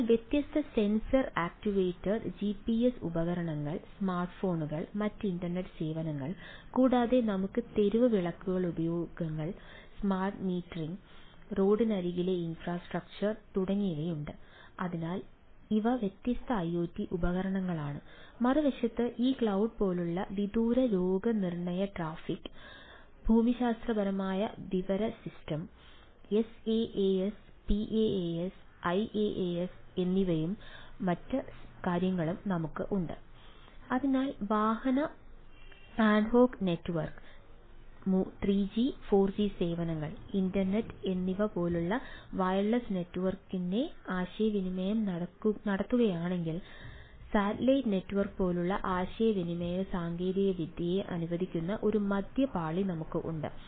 അതിനാൽ വ്യത്യസ്ത sensor actuator പോലുള്ള ആശയവിനിമയ സാങ്കേതികവിദ്യയെ അനുവദിക്കുന്ന ഒരു മധ്യ പാളി നമുക്ക് ഉണ്ട്